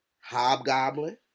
Hobgoblin